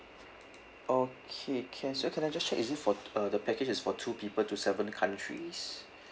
okay can so can I just check is it for uh the package is for two people to seven countries